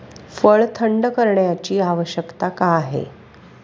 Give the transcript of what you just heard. फळ थंड करण्याची आवश्यकता का आहे?